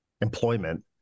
employment